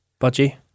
budgie